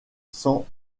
san